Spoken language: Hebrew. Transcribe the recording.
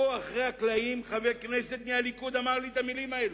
פה מאחורי הקלעים חבר כנסת מהליכוד אמר לי את המלים האלו.